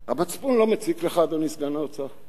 המצפון לא מציק לך, אדוני סגן שר האוצר?